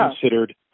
considered